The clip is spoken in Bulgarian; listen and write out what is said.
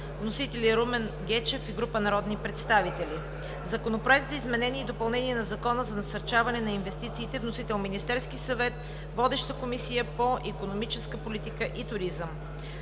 Вносители – Румен Гечев и група народни представители. - Законопроект за изменение и допълнение на Закона за насърчаване на инвестициите. Вносител е Министерският съвет. Водеща е Комисията по икономическа политика и туризъм.